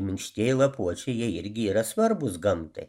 minkštieji lapuočiai jie irgi yra svarbūs gamtai